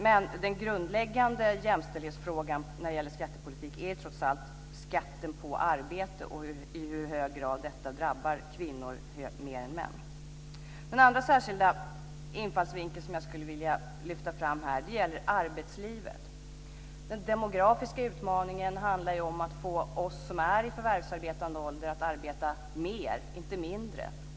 Men den grundläggande jämställdhetsfrågan i skattepolitiken är trots allt skatten på arbete och i hur hög grad detta drabbar kvinnor mer än män. Den andra särskilda infallsvinkeln som jag skulle vilja lyfta fram gäller arbetslivet. Den demografiska utmaningen handlar om att få oss som är i förvärvsarbetande ålder att arbeta mer, inte mindre.